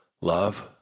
love